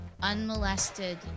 unmolested